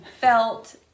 felt